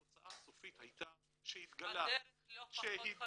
התוצאה הסופית הייתה שהתגלה --- הדרך לא פחות חשובה.